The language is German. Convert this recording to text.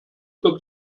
für